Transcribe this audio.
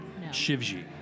Shivji